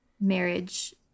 marriage